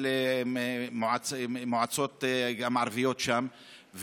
גם של מועצות ערביות שם,